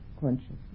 consciousness